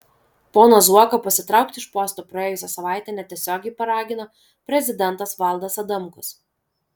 poną zuoką pasitraukti iš posto praėjusią savaitę netiesiogiai paragino prezidentas valdas adamkus